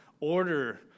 order